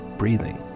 breathing